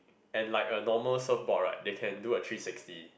and like a normal surfboard right they can do a three sixty